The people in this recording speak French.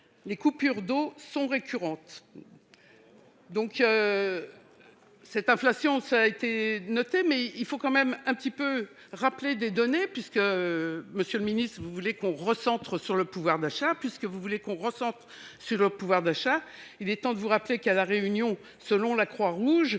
les coupures d'eau sont récurrentes